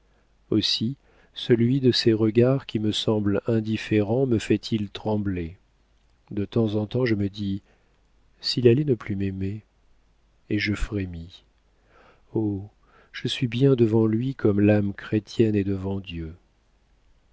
aussi celui de ses regards qui me semble indifférent me fait-il trembler de temps en temps je me dis s'il allait ne plus m'aimer et je frémis oh je suis bien devant lui comme l'âme chrétienne est devant dieu